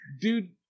Dude